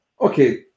Okay